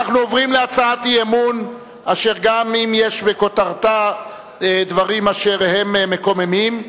אנחנו עוברים להצעת אי-אמון אשר גם אם יש בכותרתה דברים אשר הם מקוממים,